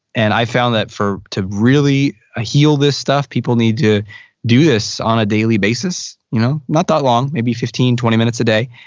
and i found that to really ah heal this stuff people need to do this on a daily basis. you know not that long, maybe fifteen, twenty minutes a day.